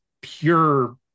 pure